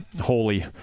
holy